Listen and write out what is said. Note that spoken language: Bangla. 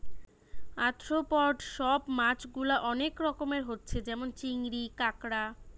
আর্থ্রোপড সব মাছ গুলা অনেক রকমের হচ্ছে যেমন চিংড়ি, কাঁকড়া